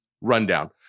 Rundown